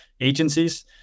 agencies